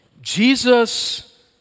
Jesus